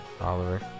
Oliver